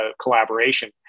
collaboration